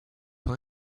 your